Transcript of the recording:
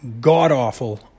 god-awful